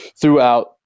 throughout